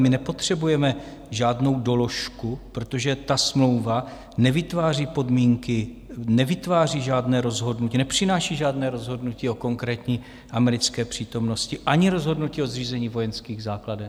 My nepotřebujeme žádnou doložku, protože ta smlouva nevytváří podmínky, nevytváří žádné rozhodnutí, nepřináší žádné rozhodnutí o konkrétní americké přítomnosti ani rozhodnutí o zřízení vojenských základen.